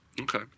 Okay